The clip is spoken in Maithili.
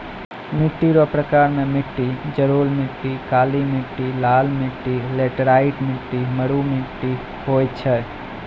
मिट्टी रो प्रकार मे मट्टी जड़ोल मट्टी, काली मट्टी, लाल मट्टी, लैटराईट मट्टी, मरु मट्टी होय छै